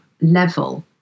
level